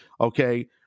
Okay